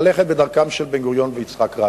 ללכת בדרכם של בן-גוריון ויצחק רבין.